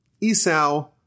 Esau